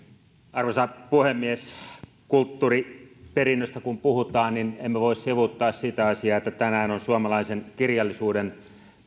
arvoisa puhemies kun kulttuuriperinnöstä puhutaan niin emme voi sivuuttaa sitä asiaa että tänään on suomalaisen kirjallisuuden